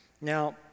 Now